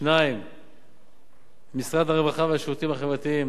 2. משרד הרווחה והשירותים החברתיים,